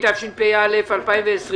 התשפ"א-2020.